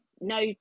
no